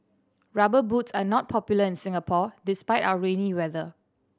Rubber Boots are not popular in Singapore despite our rainy weather